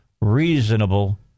reasonable